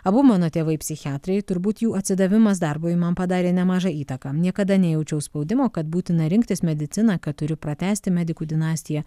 abu mano tėvai psichiatrai turbūt jų atsidavimas darbui man padarė nemažą įtaką niekada nejaučiau spaudimo kad būtina rinktis mediciną kad turiu pratęsti medikų dinastiją